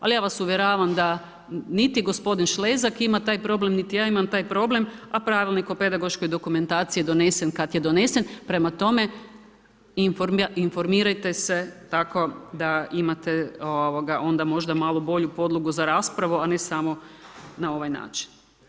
Ali ja vas uvjeravam da niti gospodin Šlezak ima taj problem, niti ja imam taj problem, a Pravilnik o pedagoškoj dokumentaciji je donesen kad je donesen prema tome, informirajte se tako da imate onda možda malo bolju podlogu za raspravu, a ne samo na ovaj način.